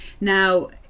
now